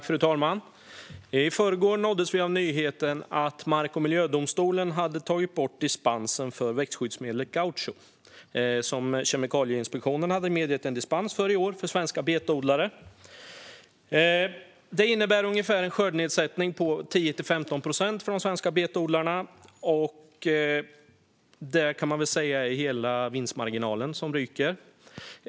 Fru talman! I förrgår nåddes vi av nyheten att mark och miljödomstolen hade tagit bort dispensen för växtskyddsmedlet Gaucho, som Kemikalieinspektionen hade medgett en dispens för i år för svenska betodlare. Det innebär ungefär en skördenedsättning på 10-15 procent för de svenska betodlarna. Det är, kan man säga, hela vinstmarginalen som ryker.